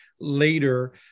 later